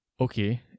Okay